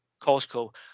Costco